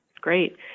Great